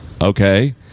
okay